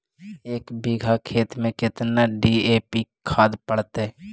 एक बिघा खेत में केतना डी.ए.पी खाद पड़तै?